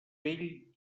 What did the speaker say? vell